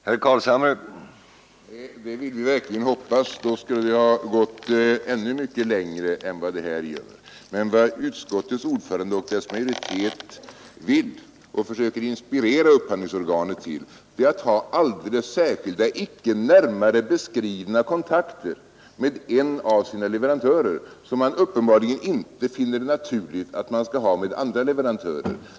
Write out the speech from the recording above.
Herr talman! Nej, det vill vi verkligen hoppas. Då skulle vi ha gått ännu mycket längre än vad vi här gör. Men vad utskottets ordförande och dess majoritet försöker inspirera upphandlingsorganet till är att ta särskilda, icke närmare beskrivna kontakter med en av sina leverantörer, kontakter som utskottet uppenbarligen inte finner det naturligt att upphandlingsorganet skall ha med andra leverantörer.